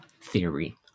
theory